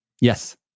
Yes